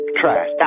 trash